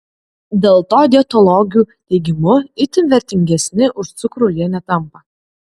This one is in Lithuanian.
dėl to dietologių teigimu itin vertingesni už cukrų jie netampa